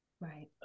Right